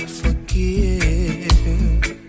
forgive